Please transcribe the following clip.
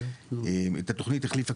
את התוכנית החליפה,